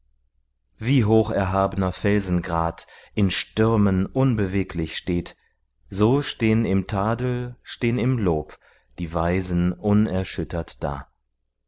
wie hoch erhabner felsengrat in stürmen unbeweglich steht so stehn im tadel stehn im lob die weisen unerschüttert da